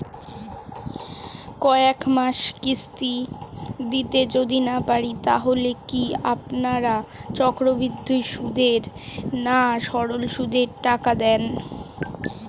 কয়েক মাস কিস্তি দিতে যদি না পারি তাহলে কি আপনারা চক্রবৃদ্ধি সুদে না সরল সুদে টাকা দেন?